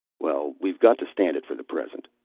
well, we've got to stand it for the present,